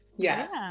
Yes